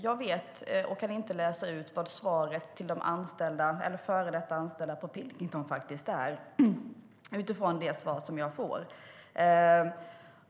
Jag kan inte läsa ut vad svaret till de före detta anställda på Pilkington faktiskt är utifrån de svar som jag får.